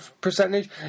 percentage